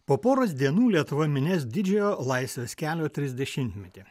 po poros dienų lietuva minės didžiojo laisvės kelio trisdešimtmetį